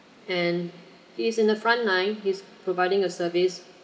and he is in the front line he's providing a service